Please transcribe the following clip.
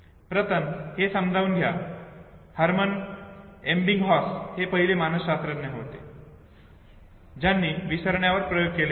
प्रथम हे समजून घ्या की हर्मन एबिंगहॉस हे पहिले मानसशास्त्रज्ञ होते ज्यांनी विसरण्यावर प्रयोग केले होते